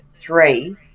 three